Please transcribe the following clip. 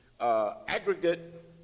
aggregate